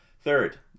Third